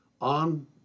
on